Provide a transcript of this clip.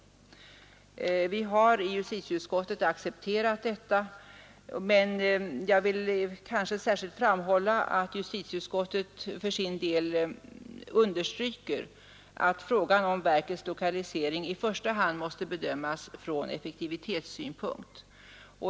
Vi har i justitieutskottet accepterat detta, men jag vill särskilt framhålla att justiticutskottet för sin del understryker att frågan om verkets lokalisering i första hand måste bedömas från effektivitetssynpunkt.